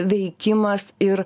veikimas ir